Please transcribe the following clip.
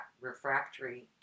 refractory